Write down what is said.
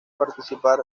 participar